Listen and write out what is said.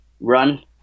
run